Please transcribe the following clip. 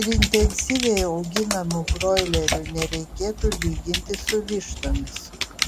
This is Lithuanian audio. ir intensyviai auginamų broilerių nereikėtų lyginti su vištomis